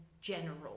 general